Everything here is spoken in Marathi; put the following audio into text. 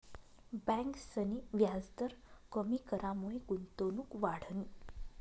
ब्यांकसनी व्याजदर कमी करामुये गुंतवणूक वाढनी